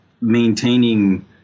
maintaining